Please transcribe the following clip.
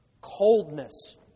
coldness